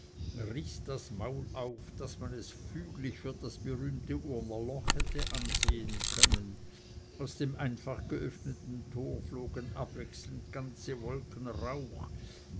riß das maul auf daß man es füglich für das berühmte urnerloch hätte ansehen können aus dem einfach geöffneten tor flogen abwechselnd ganze wolken rauch